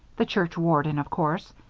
the church warden, of course.